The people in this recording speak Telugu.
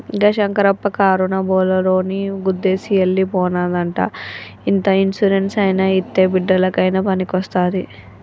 గా శంకరప్ప కారునా బోలోరోని గుద్దేసి ఎల్లి పోనాదంట ఇంత ఇన్సూరెన్స్ అయినా ఇత్తే బిడ్డలకయినా పనికొస్తాది